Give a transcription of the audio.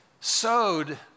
sowed